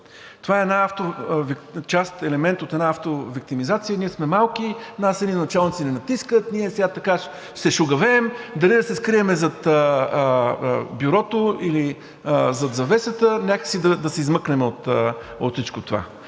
Това е част, елемент от една автовиктимизация – ние сме малки, нас едни началници ни натискат, ние сега така се шугавеем – дали да се скрием зад бюрото, или зад завесата, и някак си да се измъкнем от всичко това.